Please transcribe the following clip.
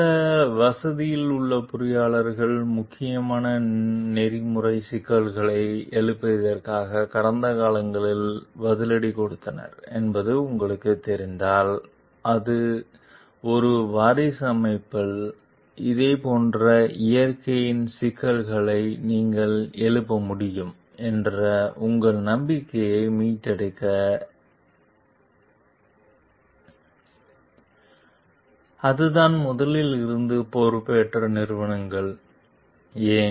சில வசதியில் உள்ள பொறியியலாளர்கள் முக்கியமான நெறிமுறை சிக்கல்களை எழுப்பியதற்காக கடந்த காலங்களில் பதிலடி கொடுத்தனர் என்பது உங்களுக்குத் தெரிந்தால் ஒரு வாரிசு அமைப்பில் இதேபோன்ற இயற்கையின் சிக்கல்களை நீங்கள் எழுப்ப முடியும் என்ற உங்கள் நம்பிக்கையை மீட்டெடுக்க என்ன ஆகும் எனவே அதுதான் முதலில் இருந்து பொறுப்பேற்ற நிறுவனங்கள் ஏன்